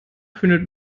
findet